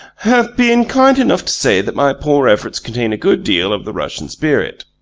have been kind enough to say that my poor efforts contain a good deal of the russian spirit.